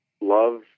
love